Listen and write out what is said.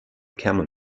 camel